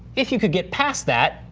if you could get past that,